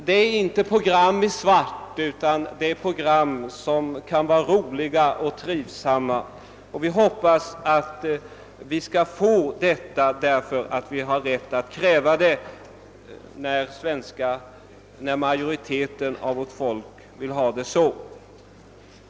Det är inte program i svart, utan det är program som kan vara roliga och trivsamma. Vi hoppas att vi skall få se dem, därför att vi har rätt att kräva det när majoriteten av vårt folk vill ha det så.